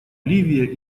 ливия